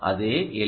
அதே எல்